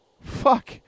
Fuck